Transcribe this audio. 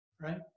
right